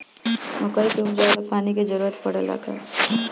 मकई के उपजाव ला पानी के जरूरत परेला का?